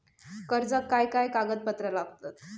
कर्जाक काय काय कागदपत्रा लागतत?